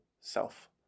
self